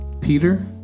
Peter